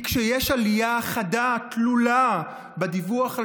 כי כשיש עלייה חדה ותלולה בדיווח על